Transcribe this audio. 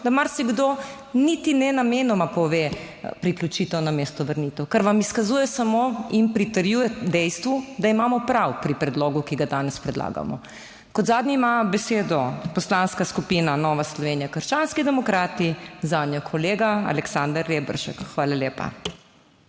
da marsikdo niti ne namenoma pove, priključitev namesto vrnitev, kar vam izkazuje samo in pritrjuje dejstvu, da imamo prav pri predlogu, ki ga danes predlagamo. Kot zadnji ima besedo Poslanska skupina Nova Slovenija - krščanski demokrati. Zanjo kolega Aleksander Reberšek. Hvala lepa.